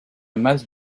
masse